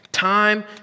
Time